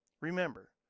Remember